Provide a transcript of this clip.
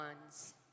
ones